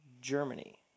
Germany